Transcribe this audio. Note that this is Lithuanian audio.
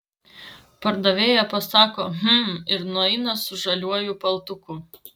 pardavėja pasako hm ir nueina su žaliuoju paltuku